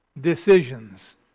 decisions